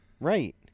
Right